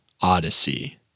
Odyssey